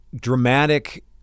dramatic